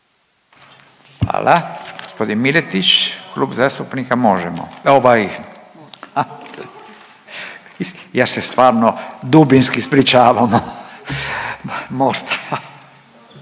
Hvala. Gospodin Miletić, Klub zastupnika Možemo!, ovaj. Ja se stvarno dubinski ispričavam, Mosta.